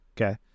Okay